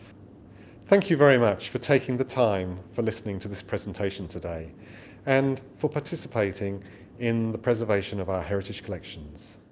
thank you very much for taking the time for listening to this presentation today and for participating in the preservation of our heritage collections